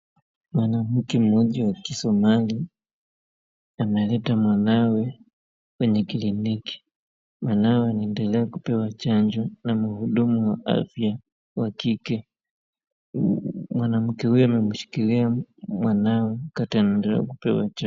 Mwanamke mmoja wa kisomali ameleta mwanawe kwenye kliniki. Mwanawe ni anaendelea kupewa chanjo na mhudumu wa afya wa kike. Mwanamke huyu amemshikilia mwanawe wakati anaendela kupewa chanjo.